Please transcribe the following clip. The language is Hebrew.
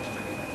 מה שתגיד.